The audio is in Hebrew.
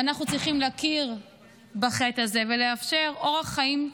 ואנחנו צריכים להכיר בחטא הזה ולאפשר אורח חיים,